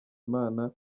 imana